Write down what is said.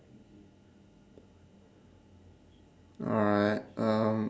alright um